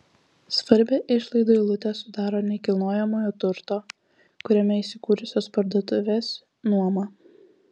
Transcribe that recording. svarbią išlaidų eilutę sudaro nekilnojamojo turto kuriame įsikūrusios parduotuvės nuoma